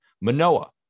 Manoa